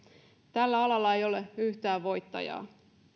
tällä alalla ei ole yhtään voittajaa